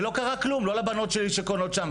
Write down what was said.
ולא קרה כלום לא לבנות שלי שקונות שם,